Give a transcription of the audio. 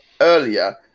earlier